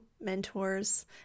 mentors